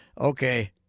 okay